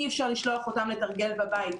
אי אפשר לשלוח אותם לתרגל בבית.